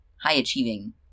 high-achieving